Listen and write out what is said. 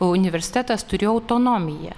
o universitetas turėjo autonomiją